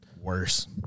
Worse